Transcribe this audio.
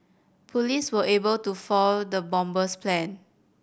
police were able to foil the bomber's plan